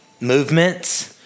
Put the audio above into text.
Movements